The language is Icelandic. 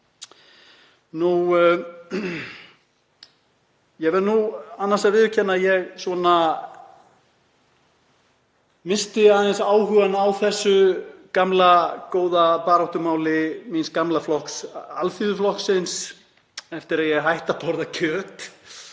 Ég verð nú að viðurkenna að ég missti aðeins áhugann á þessu gamla góða baráttumáli míns gamla flokks, Alþýðuflokksins, eftir að ég hætti að borða kjöt